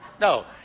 No